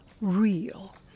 real